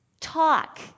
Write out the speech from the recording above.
Talk